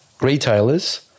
retailers